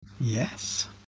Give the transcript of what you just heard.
yes